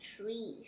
trees